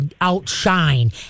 outshine